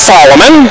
Solomon